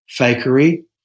fakery